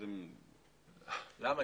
למה?